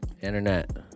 Internet